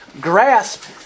grasp